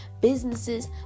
businesses